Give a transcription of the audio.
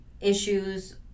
issues